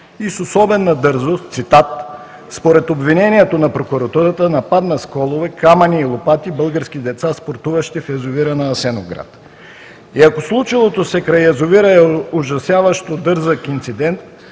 и с особена дързост, според обвинението на прокуратурата – цитат: „нападна с колове, камъни и лопати български деца, спортуващи в язовира на Асеновград“. Ако случилото се край язовира е ужасяващо дързък инцидент,